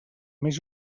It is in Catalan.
més